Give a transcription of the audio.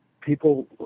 people